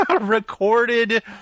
recorded